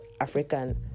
African